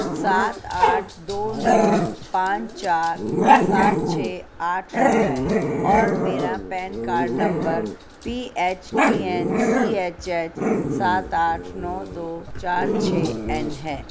سات آٹھ دو نو پانچ چار سات چھ آٹھ نو ہے اور میرا PAN card number P H T N C H H سات آٹھ نو دو چار چھ این ہے